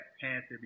panther